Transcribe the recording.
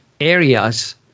areas